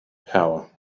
power